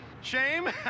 Shame